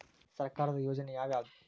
ಸರ್ಕಾರದ ಯೋಜನೆ ಯಾವ್ ಯಾವ್ದ್?